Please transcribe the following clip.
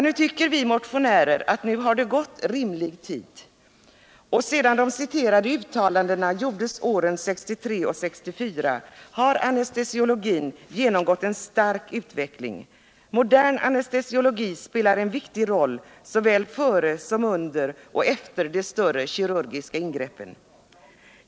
Nu tycker vi motionärer att det har gått rimlig tid. Sedan de citerade uttalandena gjordes 1963 och 1964 har anestesiologin genomgått en stark utveckling. Modern anestesiologi spelar en viktig roll såväl före som under och efter de större kirurgiska ingreppen.